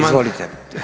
Izvolite.